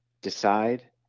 decide